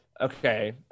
okay